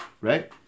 right